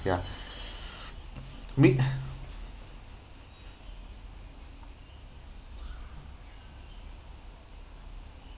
ya me